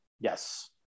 yes